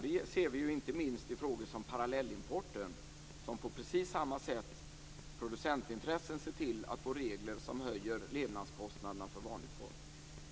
Det ser vi inte minst i frågor som parallellimporten, att producentintressen precis på samma sätt ser till att få regler som ökar levnadskostnaderna för vanligt folk.